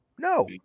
No